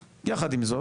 יחד עם זאת,